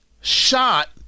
shot